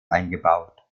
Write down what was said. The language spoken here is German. eingebaut